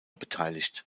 beteiligt